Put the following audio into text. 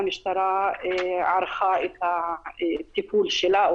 והמשטרה ערכה את הטיפול שלה,